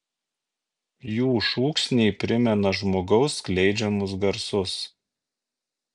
jų šūksniai primena žmogaus skleidžiamus garsus